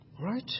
Right